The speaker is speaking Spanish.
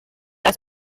las